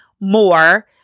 more